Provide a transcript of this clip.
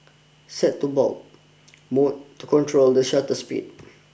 set to bulb mode to control the shutter speed